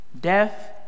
death